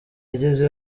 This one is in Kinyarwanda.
yageze